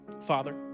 Father